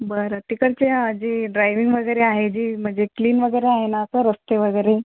बरं तिकडच्या जे ड्रायव्हिंग वगैरे आहे जे म्हणजे क्लीन वगैरे आहे ना रस्ते वगैरे